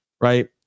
Right